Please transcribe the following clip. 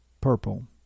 Purple